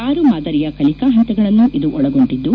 ಆರು ಮಾದರಿಯ ಕಲಿಕಾ ಹಂತಗಳನ್ನು ಇದು ಒಳಗೊಂಡಿದ್ದು